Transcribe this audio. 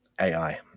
AI